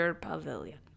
pavilion